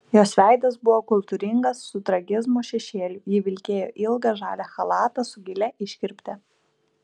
jos veidas buvo kultūringas su tragizmo šešėliu ji vilkėjo ilgą žalią chalatą su gilia iškirpte